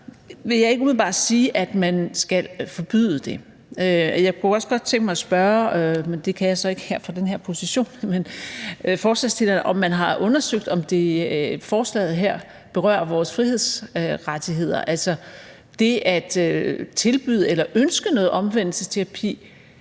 umiddelbart sige, at man skal forbyde det. Jeg kunne også godt tænke mig at spørge forslagsstillerne – det kan jeg så ikke fra den her position – om man har undersøgt, om forslaget her berører vores frihedsrettigheder. Altså, det at tilbyde eller ønske noget omvendelsesterapi